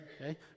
okay